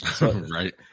right